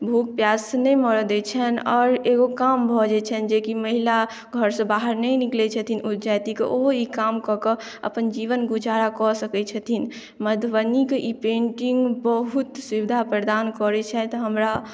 भूख प्याससँ नहि मरऽ दै छनि आओर एगो काम भऽ जाइ छनि जे की महिला घरसँ बाहर नहि निकलै छथिन ओहि जातिक ओहो ई काम कऽ कऽ अपन जीवन गुजारा कऽ सकै छथिन मधुबनीक ई पेंटिंग बहुत सुविधा प्रदान करै छथि हमरा